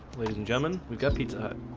ladies and gentleman, we've got pizza. i